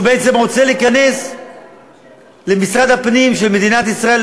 בעצם רוצה להיכנס למשרד הפנים של מדינת ישראל,